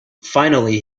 finally